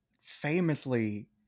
famously